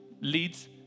leads